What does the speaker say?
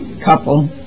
couple